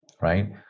right